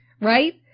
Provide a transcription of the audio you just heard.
right